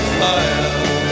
fire